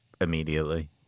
immediately